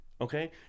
Okay